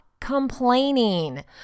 complaining